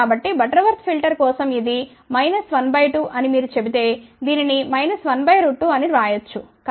కాబట్టి Butterworth filter కోసం ఇది 12 అని మీరు చెబితే దీనిని 12 అని వ్రాయవచ్చు